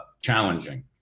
challenging